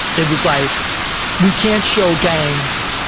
it was like we can't show gangs,